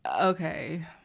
okay